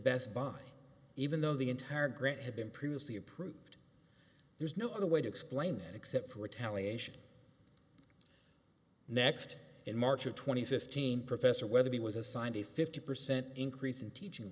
best buy even though the entire grant had been previously approved there's no other way to explain that except for retaliation next in march of two thousand and fifteen professor weatherby was assigned a fifty percent increase in teaching